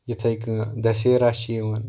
یِتَھے کٔنۍ دسہرہ چھِ یِوان